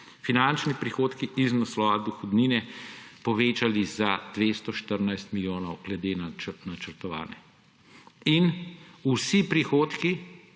finančni prihodki iz naslova dohodnine povečali za 214 milijonov glede na načrtovane. In vsi prihodki